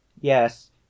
Yes